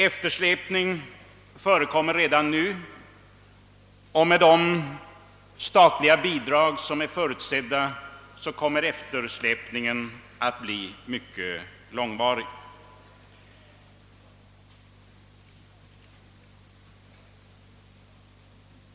Eftersläpning förekommer redan nu, och med de statliga bidrag som är förutsedda kommer eftersläpningen att bli mycket långvarig.